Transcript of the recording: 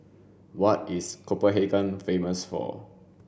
what is Copenhagen famous for